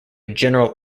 general